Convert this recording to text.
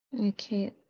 Okay